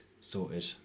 sorted